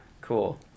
Cool